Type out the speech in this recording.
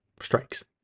strikes